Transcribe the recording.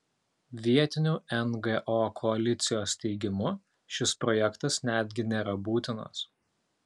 vietinių ngo koalicijos teigimu šis projektas netgi nėra būtinas